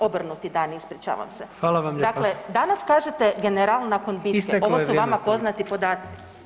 Obrnuti dan, ispričavam se [[Upadica: Hvala vam lijepo.]] Dakle, danas kažete general nakon bitke [[Upadica: Isteklo je vrijeme kolegice.]] ovo su vama poznati podaci.